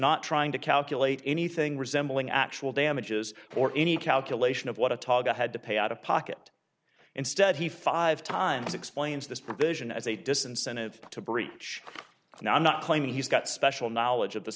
not trying to calculate anything resembling actual damages or any calculation of what a tall guy had to pay out of pocket instead he five times explains this provision as a disincentive to breach and i'm not claiming he's got special knowledge of the